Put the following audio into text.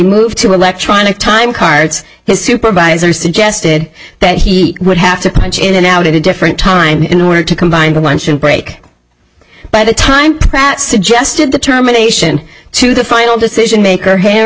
moved to electronic timecards his supervisor suggested that he would have to punch in and out at a different time in order to combine the luncheon break by the time pratt suggested determination to the final decision maker ha